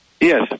Yes